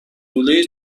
لوله